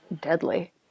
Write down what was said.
deadly